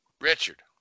Richard